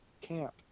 camp